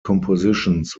compositions